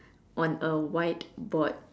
on a white board